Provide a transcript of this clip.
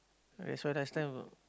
that's why I stand a not